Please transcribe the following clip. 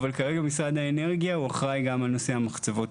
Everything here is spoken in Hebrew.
אבל כרגע משרד האנרגיה הוא אחראי גם על נושא המחצבות.